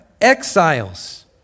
exiles